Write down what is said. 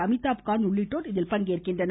அமிதாப்காந்த் உள்ளிட்டோர் இதில் பங்கேற்கின்றனர்